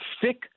thick